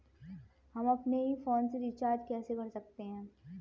हम अपने ही फोन से रिचार्ज कैसे कर सकते हैं?